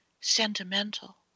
sentimental